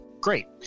great